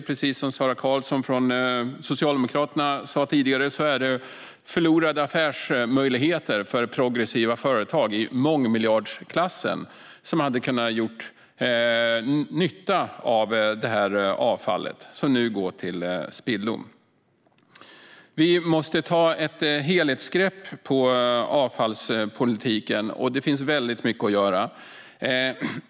Precis som Sara Karlsson från Socialdemokraterna sa tidigare är det fråga om förlorade affärsmöjligheter för progressiva företag i mångmiljardklassen, som hade kunnat göra nytta av avfallet som nu går till spillo. Vi måste ta ett helhetsgrepp på avfallspolitiken, och det finns mycket att göra.